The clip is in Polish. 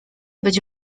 być